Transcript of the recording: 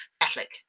Catholic